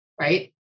Right